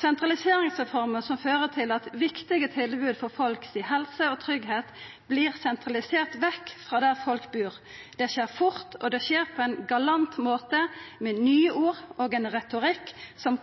sentraliseringsreformer som fører til at viktige tilbod for folks helse og tryggleik vert sentraliserte vekk frå der folk bur. Det skjer fort, og det skjer på ein galant måte, med nye ord og ein retorikk som